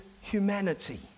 humanity